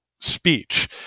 speech